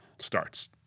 starts